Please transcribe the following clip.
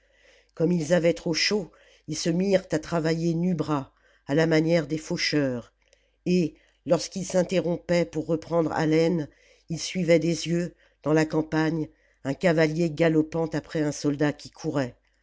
comme ils avaient trop chaud ils se mirent à travailler nu bras à la manière des faucheurs et lorsqu'ils s'interrompaient pour reprendre haleine ils suivaient des jeux dans la campagne un cavalier galopant après un soldat qui courait